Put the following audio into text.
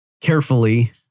carefully